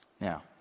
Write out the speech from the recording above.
Now